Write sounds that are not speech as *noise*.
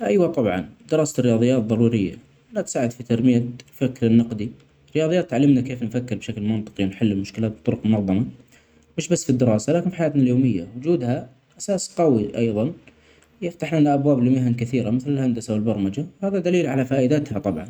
ايوه *noise* طبعا دراسه الرياضيات ضروريه انها تساعد في تربية الفكر النقدي الرياضيات .تعلمنا كيف نفكر بشكل منطقي نحل مشكلات بطرق منظمه. مش بس في الدراسه لكن في حياتنا اليوميه وجودها اساس قوي ايضا يفتح لنا ابواب كثيره مثل الهندسه والبرمجه هاذا دليل علي فائدتها طبعا.